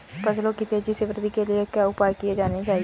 फसलों की तेज़ी से वृद्धि के लिए क्या उपाय किए जाने चाहिए?